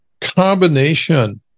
combination